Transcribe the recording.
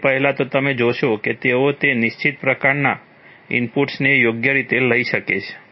સૌથી પહેલાં તો તમે જોશો કે તેઓ તે નિશ્ચિત પ્રકારનાં ઇનપુટ્સને યોગ્ય રીતે લઈ શકશે